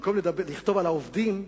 במקום לכתוב על העובדים,